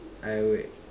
I would